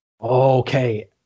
Okay